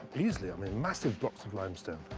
easily. i mean, massive blocks of limestone.